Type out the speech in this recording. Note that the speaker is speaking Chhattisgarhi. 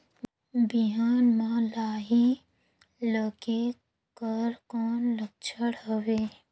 बिहान म लाही लगेक कर कौन लक्षण हवे?